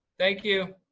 thank you.